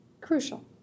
Crucial